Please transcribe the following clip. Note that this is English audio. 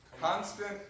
constant